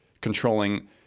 controlling